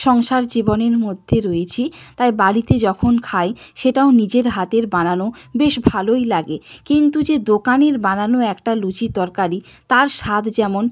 সংসার জীবনের মধ্যে রয়েছি তাই বাড়িতে যখন খাই সেটাও নিজের হাতের বানানো বেশ ভালোই লাগে কিন্তু যে দোকানের বানানো একটা লুচি তরকারি তার স্বাদ যেমন